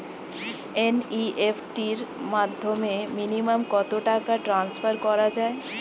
NEFT র মাধ্যমে minimum কত টাকা ট্রান্সফার করা যায়?